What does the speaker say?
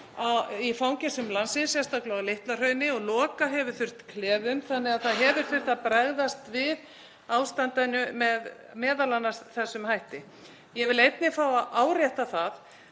í fangelsum landsins, sérstaklega á Litla-Hrauni, og loka hefur þurft klefum. Það hefur því þurft að bregðast við ástandinu með m.a. þessum hætti. Ég vil einnig fá að árétta að